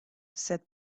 said